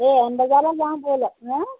এই এম বজাৰলৈ যাওঁ ব'লক ন